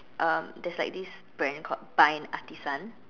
um there's like this brand called Bynd-Artisan